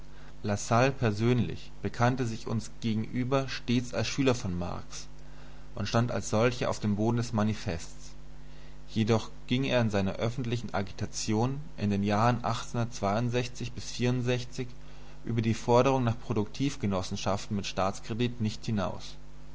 lassalle persönlich bekannte sich uns gegenüber stets als schüler von marx und stand als solcher auf dem boden des manifests jedoch ging er in seiner öffentlichen agitation in den jahren über die forderung nach produktivgenossenschaften mit staatskredit nicht hinaus